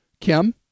kim